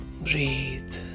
Breathe